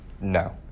No